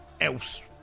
else